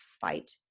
fight